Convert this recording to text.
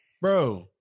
Bro